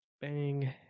Bang